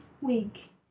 week